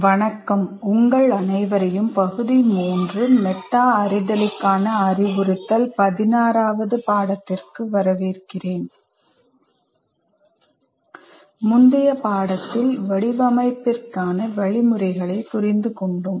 வணக்கம் உங்கள் அனைவரையும் பகுதி 3 மெட்டா அறிதலுக்கான அறிவுறுத்தல் பதினாறாவது பாடத்திற்கு வரவேற்கிறேன் முந்தைய பாடத்தில் வடிவமைப்பிற்கான வழிமுறைகளைப் புரிந்துகொண்டோம்